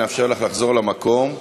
נאפשר לך לחזור למקום.